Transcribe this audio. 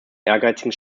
ehrgeizigen